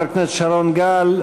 חבר הכנסת שרון גל,